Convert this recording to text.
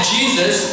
Jesus